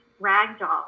ragdoll